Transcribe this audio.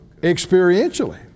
experientially